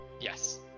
Yes